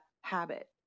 habit